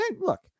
Look